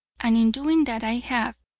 and in doing that i have,